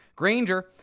Granger